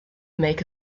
make